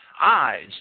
eyes